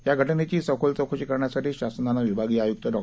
याघटनेचीसखोलचौकशीकरण्यासाठीशासनाननंविभागीयआयुक्तडॉ